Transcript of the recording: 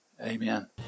Amen